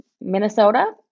Minnesota